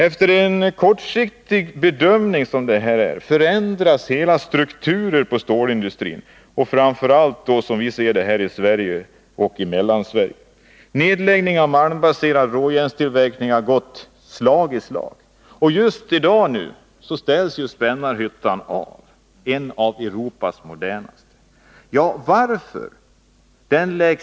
Om man gör så kortsiktiga bedömningar förändras hela strukturer inom stålindustrin, framför allt i Mellansverige. Nedläggningen av den malmbaserade råjärnstillverkningen har gått slag i slag. Just i dag avställs Spännarhyttan, som är en av Europas modernaste anläggningar.